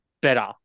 better